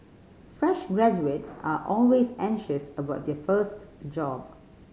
fresh graduates are always anxious about their first job